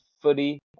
footy